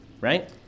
right